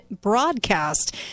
broadcast